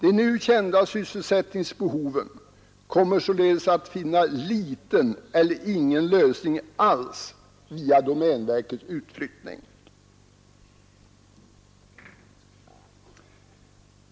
De nu kända sysselsättningsbehoven kommer således att finna liten eller ingen lösning alls via domänverkets utflyttning.